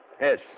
Yes